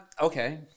Okay